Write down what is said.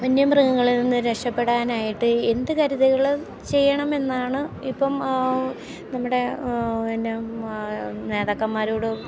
വന്യമൃഗങ്ങളിൽ നിന്ന് രക്ഷപ്പെടാനായിട്ട് എന്ത് കരുതലുകൾ ചെയ്യണമെന്നാണ് ഇപ്പം നമ്മുടെ പിന്നെ നേതാക്കന്മാരോടും